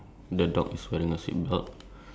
there's a dog on the jeep